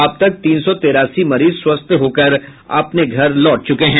अब तक तीन सौ तिरासी मरीज स्वस्थ होकर अपने घर लौट चुके हैं